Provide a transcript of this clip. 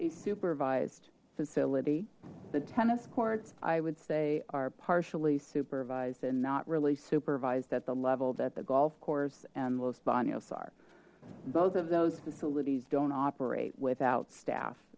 a supervised facility the tennis courts i would say are partially supervised and not really supervised at the level that the golf course and los bono's are both of those facilities don't operate without staff